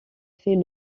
fait